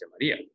Maria